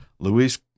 Luis